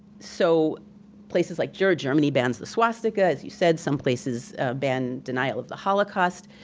so places like germany bans the swastika, as you said, some places ban denial of the holocaust.